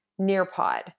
Nearpod